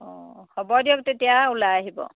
অঁ হ'ব দিয়ক তেতিয়া ওলাই আহিব